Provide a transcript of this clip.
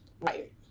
Right